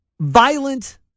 violent